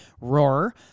Roar